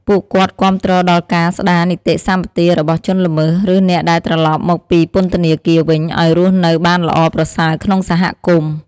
ពួកគាត់គាំទ្រដល់ការស្តារនីតិសម្បទារបស់ជនល្មើស ឬអ្នកដែលត្រឡប់មកពីពន្ធនាគារវិញ ឲ្យរស់នៅបានល្អប្រសើរក្នុងសហគមន៍។